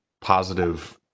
positive